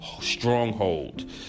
stronghold